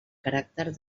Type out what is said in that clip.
caràcter